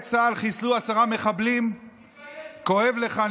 זקנים נהרגו, תתבייש לך.